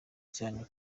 cyane